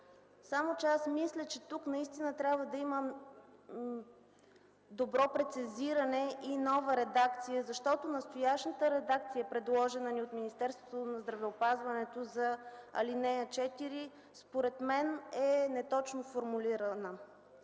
Само че аз мисля, че тук наистина трябва да има добро прецизиране и нова редакция, защото настоящата редакция, предложена ни от Министерството на здравеопазването за ал. 4, според мен е неточно формулирана